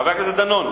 חבר הכנסת דנון,